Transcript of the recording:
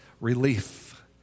relief